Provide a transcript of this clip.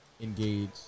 Engage